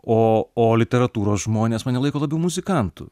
o o literatūros žmonės mane laiko labiau muzikantu